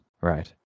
right